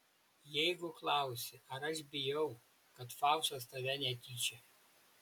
jeigu klausi ar aš bijau kad faustas tave netyčia